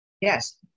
Yes